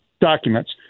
documents